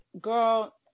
girl